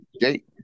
Jake